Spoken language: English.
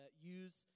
use